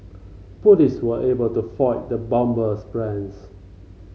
police were able to foil the bomber's plans